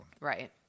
right